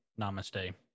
Namaste